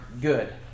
good